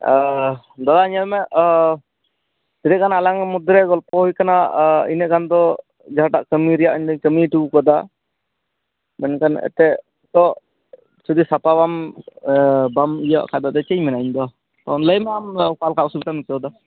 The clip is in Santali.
ᱫᱟᱫᱟ ᱧᱮᱞ ᱢᱮ ᱛᱤᱱᱟᱹᱜ ᱜᱟᱱ ᱟᱞᱟᱝ ᱢᱚᱫᱽᱫᱷᱮ ᱨᱮ ᱜᱚᱞᱯᱚ ᱦᱩᱭᱟᱠᱟᱱᱟ ᱤᱱᱟᱹᱜ ᱜᱟᱱ ᱫᱚ ᱡᱟᱦᱟᱸ ᱴᱟᱜ ᱠᱟᱹᱢᱤ ᱨᱮᱭᱟᱜ ᱤᱧ ᱫᱩᱧ ᱠᱟᱹᱢᱤ ᱚᱴᱚ ᱟᱠᱟᱫᱟ ᱢᱮᱱᱠᱷᱟᱱ ᱮᱛᱮᱫ ᱛᱚ ᱡᱩᱫᱤ ᱥᱟᱯᱟ ᱵᱟᱢ ᱵᱟᱢ ᱤᱭᱟᱹ ᱟᱜ ᱠᱷᱟᱱ ᱫᱚ ᱪᱮᱫ ᱤᱧ ᱢᱮᱱᱟ ᱤᱧ ᱫᱚ ᱟᱢ ᱞᱟᱹᱭᱢᱮ ᱟᱢ ᱚᱠᱟ ᱞᱮᱠᱟ ᱚᱥᱩᱵᱤᱫᱟᱢ ᱟᱹᱭᱠᱟᱹᱣ ᱮᱫᱟ